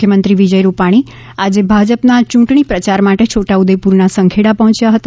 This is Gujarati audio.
મુખ્યમંત્રી વિજય રૂપાણી આજે ભાજપના ચૂંટણી પ્રચાર માટે છોટા ઉદેપુરના સંખેડા પહોંચ્યા હતા